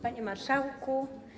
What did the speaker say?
Panie Marszałku!